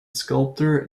sculptor